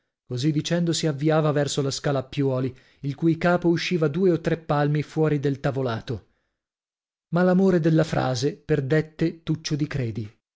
così dicendo si avviava verso la scala a piuoli il cui capo usciva due o tre palmi fuori del tavolato ma l'amore della frase perdette tuccio di credi